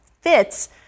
fits